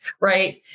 right